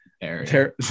area